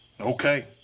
Okay